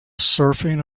surfing